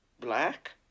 black